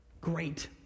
great